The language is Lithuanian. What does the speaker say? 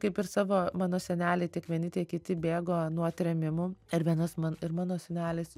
kaip ir savo mano seneliai tiek vieni tiek kiti bėgo nuo trėmimų ir vienus man ir mano senelis